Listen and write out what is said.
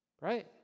Right